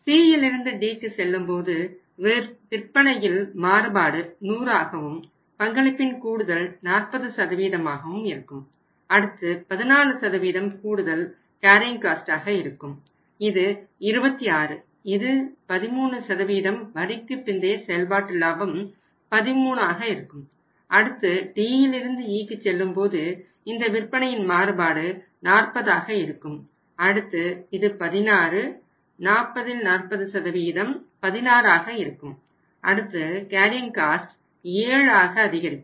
Cயிலிருந்து Dக்கு செல்லும்போது விற்பனையில் மாறுபாடு 100 ஆகவும் பங்களிப்பின் கூடுதல் 40 ஆகவும் இருக்கும் அடுத்து 14 கூடுதல் கேரியிங் காஸ்ட்டாக 7 ஆக அதிகரிக்கும்